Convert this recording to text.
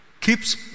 keeps